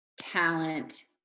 talent